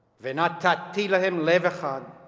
ve'na'tati lahem lev echad,